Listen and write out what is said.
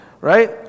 right